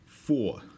Four